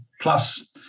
plus